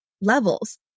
levels